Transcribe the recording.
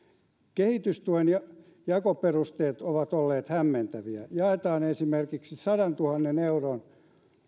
kehitystuen jakoperusteet ovat olleet hämmentäviä jaetaan esimerkiksi sadantuhannen euron